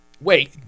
Wait